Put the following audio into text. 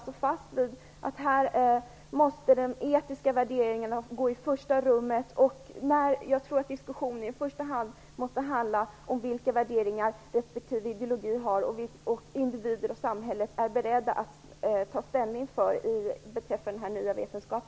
Vi står fast vid att den etiska värderingen måste komma i första rummet. Den här diskussionen måste i första hand handla om vilka värderingar respektive ideologier individer och samhället är beredda att ta ställning för beträffande denna nya vetenskap.